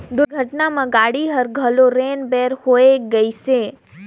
दुरघटना म गाड़ी हर घलो रेन बेर होए गइसे